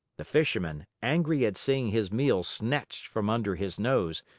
the fisherman, angry at seeing his meal snatched from under his nose,